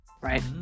right